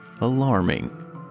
alarming